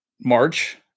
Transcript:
March